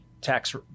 tax